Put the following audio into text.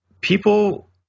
people